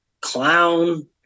clown